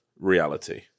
reality